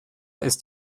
ist